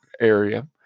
area